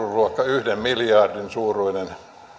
yhden miljardin suuruinen